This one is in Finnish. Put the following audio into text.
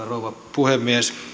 puhemies